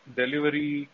delivery